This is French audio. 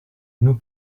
nous